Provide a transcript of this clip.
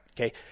Okay